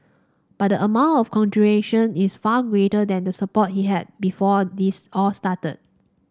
but the amount of congratulation is far greater than the support he had before this all started